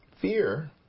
Fear